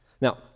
Now